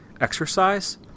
exercise